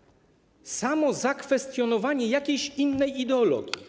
- samo zakwestionowanie jakiejś innej ideologii.